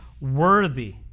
worthy